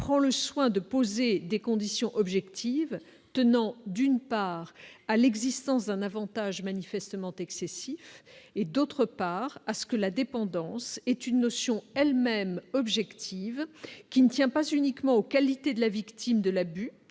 prend le soin de poser des conditions objectives tenant d'une part à l'existence d'un Avantage manifestement excessive et d'autre part à ce que la dépendance est une notion elle-même objectives qui ne tient pas uniquement aux qualités de la victime de l'abus,